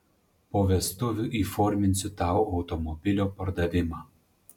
po vestuvių įforminsiu tau automobilio pardavimą